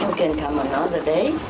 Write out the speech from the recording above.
can come another day.